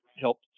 help